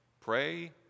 pray